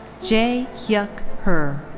jae hyuck hur.